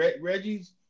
Reggie's